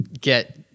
get